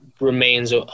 remains